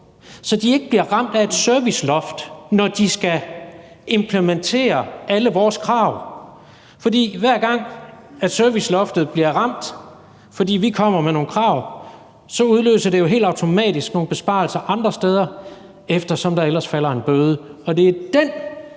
så de ikke bliver ramt af et serviceloft, når de skal implementere alle vores krav. For hver gang serviceloftet bliver ramt, fordi vi kommer med nogle krav, så udløser det jo helt automatisk nogle besparelser andre steder, eftersom der ellers falder en bøde, og det er det